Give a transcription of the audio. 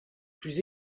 plus